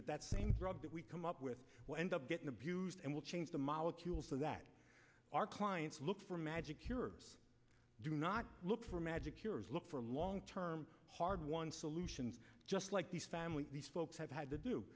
that that same drug that we come up with will end up getting abused and we'll change the molecule so that our clients look for a magic cure do not look for a magic cure look for long term hard won solutions just like the family these folks have had to do